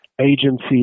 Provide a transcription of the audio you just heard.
Agency